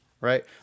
right